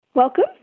Welcome